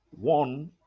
One